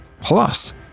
Plus